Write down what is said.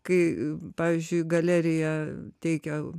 kai pavyzdžiui galerija teikia